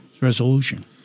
resolution